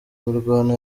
imirwano